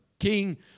King